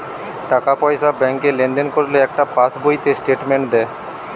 টাকা পয়সা ব্যাংকে লেনদেন করলে একটা পাশ বইতে স্টেটমেন্ট দেয়